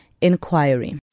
inquiry